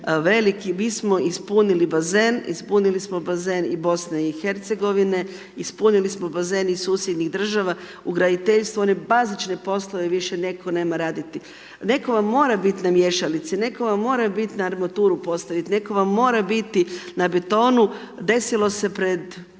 veliki, mi smo ispunili bazen, ispunili smo bazen i Bosne i Hercegovine, ispunili smo bazen i susjednih država, u graditeljstvu one bazične poslove više netko nema raditi. Netko vam mora biti na miješalici, netko vam mora biti na armaturu postavit', netko vam mora biti na betonu, desilo se pred,